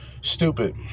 Stupid